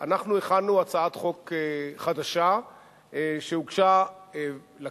אנחנו הכנו הצעת חוק חדשה שהוגשה לכנסת,